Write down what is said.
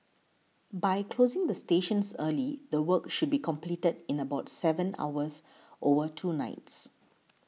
by closing the stations early the work should be completed in about seven hours over two nights